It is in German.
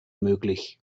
möglich